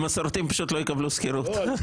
המסורתיים פשוט לא יקבלו שכירות,